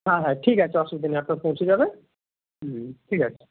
হ্যাঁ হ্যাঁ ঠিক আছে অসুবিধা নেই আপনার পৌঁছে যাবে ঠিক আছে